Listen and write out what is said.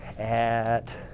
at